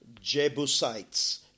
Jebusites